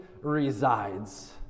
resides